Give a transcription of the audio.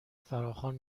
فراخوان